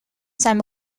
zijn